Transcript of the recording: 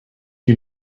you